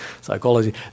psychology